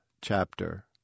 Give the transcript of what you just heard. chapter